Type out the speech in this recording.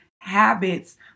habits